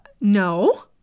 No